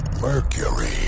Mercury